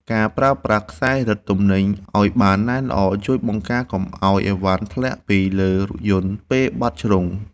ការប្រើប្រាស់ខ្សែរឹតទំនិញឱ្យបានណែនល្អជួយបង្ការកុំឱ្យអីវ៉ាន់ធ្លាក់ពីលើរថយន្តពេលបត់ជ្រុង។